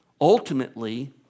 ultimately